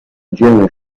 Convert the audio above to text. genere